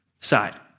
side